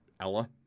Ella